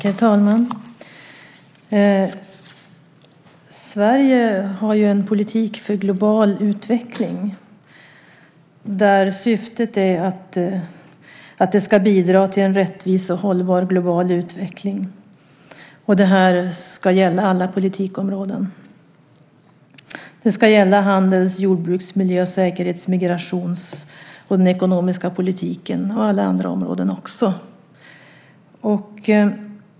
Fru talman! Sverige har en politik för global utveckling där syftet är att bidra till en rättvis och hållbar global utveckling. Det ska gälla alla politikområden: handels-, jordbruks-, miljö-, säkerhets och migrationspolitiken, den ekonomiska politiken och alla andra områden.